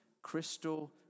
crystal